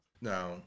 now